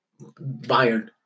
Bayern